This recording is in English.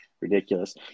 ridiculous